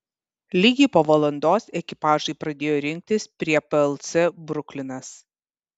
lygiai po valandos ekipažai pradėjo rinktis prie plc bruklinas